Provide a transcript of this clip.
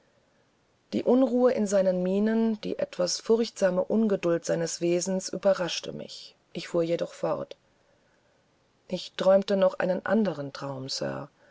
die unruhe in seinen mienen die etwas furchtsame ungeduld seines wesens überraschte mich ich fuhr jedoch fort ich träumte noch einen andern traum